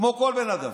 כמו של כל בן אדם.